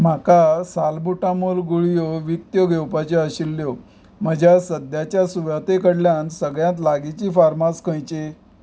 म्हाका साल्बुटामोल गुळयो विकत्यो घेवपाच्यो आशिल्ल्यो म्हज्या सद्याच्या सुवाते कडल्यान सगळ्यांत लागींची फार्मास खंयची